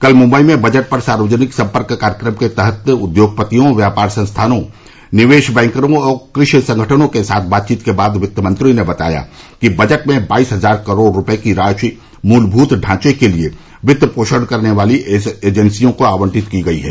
कल मुंबई में बजट पर सार्वजनिक संपर्क कार्यक्रम के तहत उद्योगपतियों व्यापार संस्थानों निवेश बैंकरों और कृषि संगठनों के साथ बातचीत के बाद वित्तमंत्री ने बताया कि बजट में बाईस हजार करोड़ रुपये की राशि मूलभूत ढांचे के लिए वित्तपोषण करने वाली एजेंसियों को आवंटित की गई है